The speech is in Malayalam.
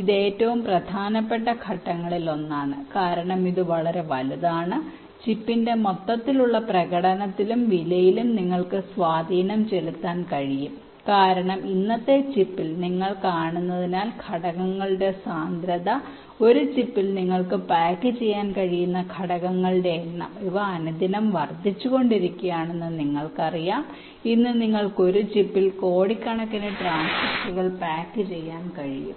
ഇത് ഏറ്റവും പ്രധാനപ്പെട്ട ഘട്ടങ്ങളിലൊന്നാണ് കാരണം ഇത് വളരെ വലുതാണ് ചിപ്പിന്റെ മൊത്തത്തിലുള്ള പ്രകടനത്തിലും വിലയിലും നിങ്ങൾക്ക് സ്വാധീനം പറയാൻ കഴിയും കാരണം ഇന്നത്തെ ചിപ്പിൽ നിങ്ങൾ കാണുന്നതിനാൽ ഘടകങ്ങളുടെ സാന്ദ്രത ഒരു ചിപ്പിൽ നിങ്ങൾക്ക് പായ്ക്ക് ചെയ്യാൻ കഴിയുന്ന ഘടകങ്ങളുടെ എണ്ണം അനുദിനം വർദ്ധിച്ചുകൊണ്ടിരിക്കുകയാണെന്ന് നിങ്ങൾക്കറിയാം ഇന്ന് നിങ്ങൾക്ക് ഒരു ചിപ്പിൽ കോടിക്കണക്കിന് ട്രാൻസിസ്റ്ററുകൾ പായ്ക്ക് ചെയ്യാൻ കഴിയും